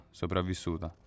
sopravvissuta